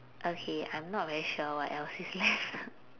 okay I'm not very sure what else is left